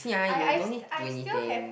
I I I still have